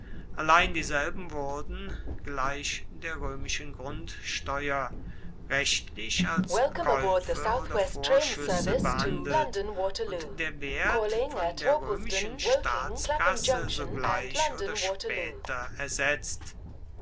allein dieselben wurden gleich der römischen grundsteuer rechtlich als käufe oder vorschüsse behandelt und der wert von der römischen staatskasse sogleich oder später ersetzt